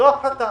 זו ההחלטה